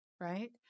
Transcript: right